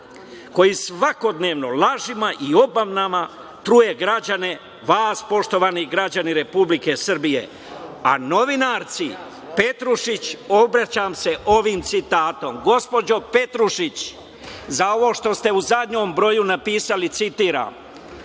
koji svakodnevno lažima i obmanama truje građane, vas poštovani građani Republike Srbije.A, novinarici Petrušić obraćam se ovim citatom, gospođo Petrušić, za ovo što ste u zadnjem broju napisali, citiram